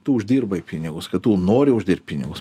tu uždirbai pinigus kad tu nori uždirbt pinigus